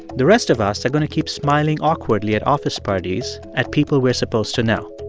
the rest of us are going to keep smiling awkwardly at office parties at people we're supposed to know.